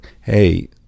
hey